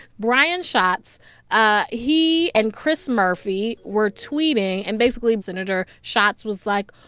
brian schatz ah he and chris murphy were tweeting. and basically and senator schatz was, like,